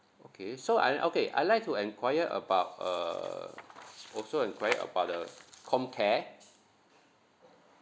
okay so and okay I'd like to enquire about uh also enquire about the comcare